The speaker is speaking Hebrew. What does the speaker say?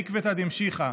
בעקבתא דמשיחא,